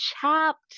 Chopped